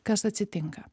kas atsitinka